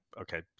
okay